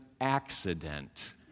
accident